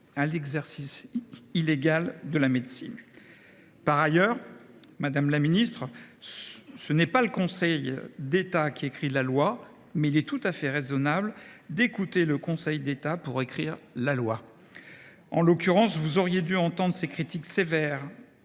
à l’exercice illégal de la médecine. Par ailleurs, mesdames les ministres, si ce n’est pas le Conseil d’État qui écrit la loi, il est en revanche tout à fait raisonnable d’écouter le Conseil d’État pour écrire la loi… En l’occurrence, vous auriez dû entendre ses critiques sévères